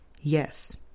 yes